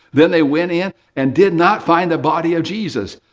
then they went in and did not find the body of jesus.